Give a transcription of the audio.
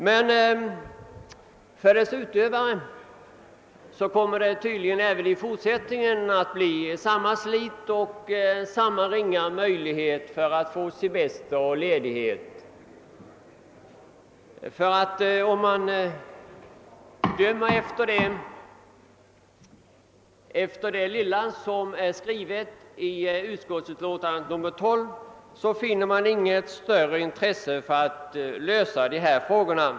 Men för jordbrukets utövare kommer det tydligen även i fortsättningen att bli samma slit och lika små möjligheter som förut att få semester och annan ledighet. Om man dömer efter det lilla som finns skrivet i jordbruksutskottets utlåtande nr 12, finner man inget större intresse för att lösa dessa frågor.